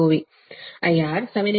4 ampere ಸರಿನಾ